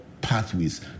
pathways